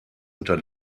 unter